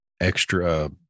extra